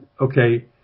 okay